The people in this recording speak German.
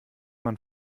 man